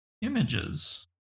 images